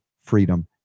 freedom